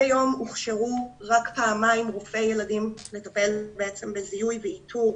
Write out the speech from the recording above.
היום הוכשרו רק פעמיים רופאי ילדים לטפל בזיהוי ואיתור